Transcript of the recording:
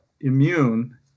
immune